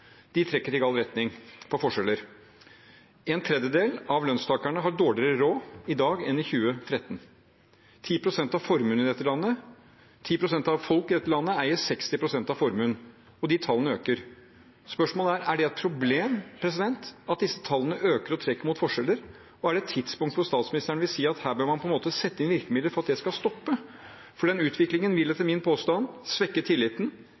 forskjeller. En tredjedel av lønnsmottakerne har dårligere råd i dag enn i 2013. 10 prosent av menneskene i dette landet eier 60 pst. av formuen, og de tallene øker. Spørsmålet er: Er det et problem at disse tallene øker og trekker mot forskjeller? Og er det et tidspunkt når statsministeren vil si at her bør man sette inn virkemidler for at det skal stoppe? Min påstand er at denne utviklingen vil svekke tilliten,